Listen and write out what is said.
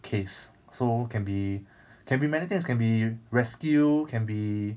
case so can be can be many things can be rescue can be